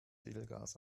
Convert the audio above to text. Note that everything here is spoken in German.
edelgas